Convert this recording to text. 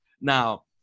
Now